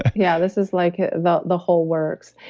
yeah this is like the the whole works.